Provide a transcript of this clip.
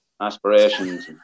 aspirations